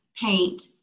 paint